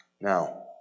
Now